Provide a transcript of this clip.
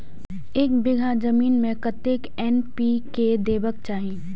एक बिघा जमीन में कतेक एन.पी.के देबाक चाही?